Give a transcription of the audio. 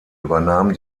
übernahm